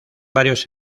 varios